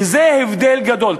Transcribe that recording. וזה הבדל גדול.